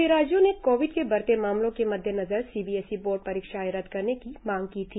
कई राज्यों ने कोविड के बढते मामलों के मद्देनजर सीबीएसई बोर्ड परीक्षाएं रद्द करने की मांग की थी